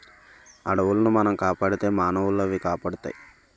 అడవులను మనం కాపాడితే మానవులనవి కాపాడుతాయి